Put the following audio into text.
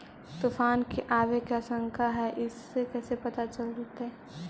तुफान के आबे के आशंका है इस कैसे पता चलतै?